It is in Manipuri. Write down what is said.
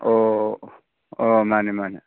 ꯑꯣ ꯑꯥ ꯃꯥꯅꯤ ꯃꯥꯅꯤ